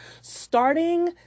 starting